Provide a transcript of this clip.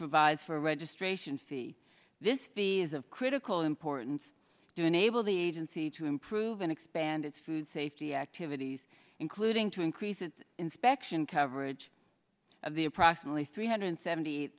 provides for registration fee this the is of critical importance to enable the agency to improve and expand its food safety activities including to increase its inspection coverage of the approximately three hundred seventy